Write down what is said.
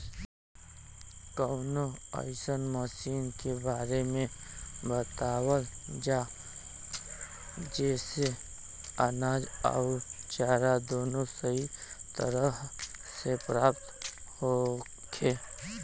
कवनो अइसन मशीन के बारे में बतावल जा जेसे अनाज अउर चारा दोनों सही तरह से प्राप्त होखे?